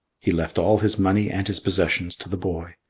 he left all his money and his possessions to the boy,